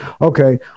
Okay